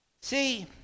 See